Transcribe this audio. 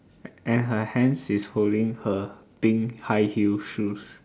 and her hands is holding her pink high heels shoes